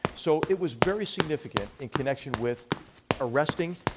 so it was very significant in connection with arresting,